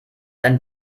ein